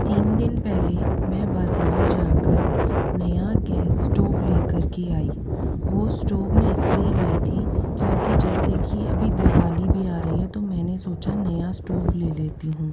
तीन दिन पहले मैं बाज़ार जाकर नया गैस स्टोव लेकर के आई वो स्टोव में इसलिए लाई थी क्योंकि जैसे कि अभी दिवाली भी आ रही है तो मैंने सोचा नया स्टोव ले लेती हूँ